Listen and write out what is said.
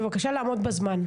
בבקשה לעמוד בזמן.